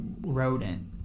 rodent